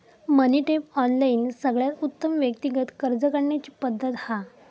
मनी tap, online सगळ्यात उत्तम व्यक्तिगत कर्ज काढण्याची पद्धत हा